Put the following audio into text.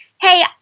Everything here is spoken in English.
hey